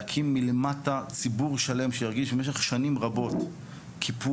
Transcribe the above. להקים מלמטה ציבור שלם שהרגיש במשך שנים רבות קיפוח,